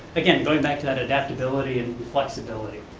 again, going back to that adaptability and flexibility.